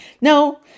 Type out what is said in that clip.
no